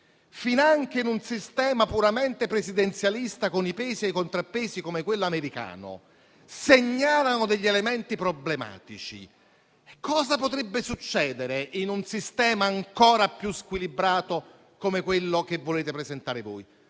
finanche in un sistema puramente presidenzialista, con i pesi e i contrappesi come quello americano, segnalano degli elementi problematici, cosa potrebbe succedere in un sistema ancora più squilibrato come quello che volete presentare?